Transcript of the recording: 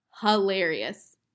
hilarious